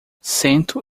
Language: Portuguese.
cento